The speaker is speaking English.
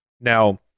Now